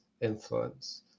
influence